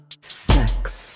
sex